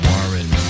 Warren